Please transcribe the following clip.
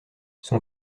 son